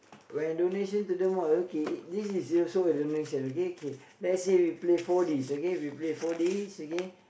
when donation to the mosque okay this is useful donation okay okay lets say we play four D okay we play four D okay